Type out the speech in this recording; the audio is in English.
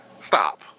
Stop